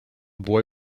boy